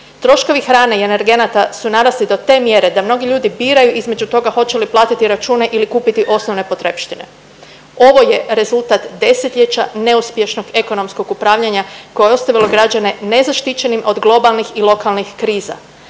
Troškovi hrane i energenata su narasli do te mjere da mnogi ljudi biraju između toga hoće li platiti račune ili kupiti osnovne potrepštine. Ovo je rezultat 10-ljeća neuspješnog ekonomskog upravljanja koje je ostavilo građane nezaštićenim od globalnih i lokalnih kriza.